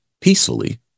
peacefully